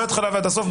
מההתחלה ועד הסוף,